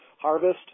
harvest